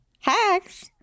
Hacks